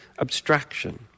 abstraction